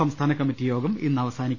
സംസ്ഥാന കമ്മിറ്റി യോഗം ഇന്ന് അവസാനിക്കും